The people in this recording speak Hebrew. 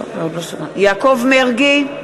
(קוראת בשמות חברי הכנסת) יעקב מרגי,